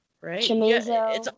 right